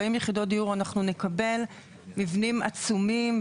40 יחידות דיור אנחנו נקבל מבנים עצומים,